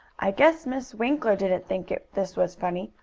i guess miss winkler didn't think this was funny,